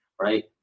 right